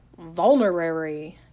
vulnerary